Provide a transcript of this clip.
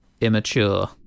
Immature